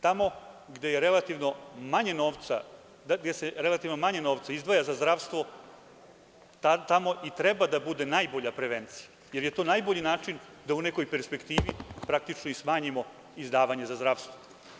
Tamo gde je relativno manje novca, gde se relativno manje novca izdvaja za zdravstvo, tamo i treba da bude najbolja prevencija jer je to najbolji način da u nekoj perspektivi praktično i smanjimo izdavanje za zdravstvo.